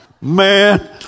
Man